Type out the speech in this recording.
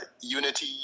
unity